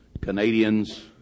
Canadians